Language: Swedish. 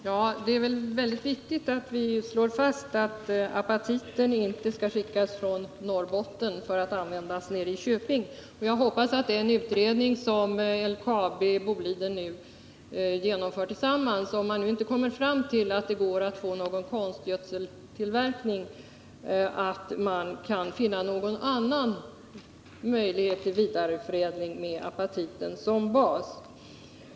Herr talman! Det är mycket viktigt att vi slår fast att apatiten inte skall skickas från Norrbotten för att användas i Köping. Om LKAB och Boliden AB vid den utredning som de nu gör tillsammans kommer fram till att det inte går att få till stånd konstgödseltillverkning hoppas jag att man kan finna någon annan möjlighet till vidareförädling med apatiten som bas.